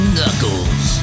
Knuckles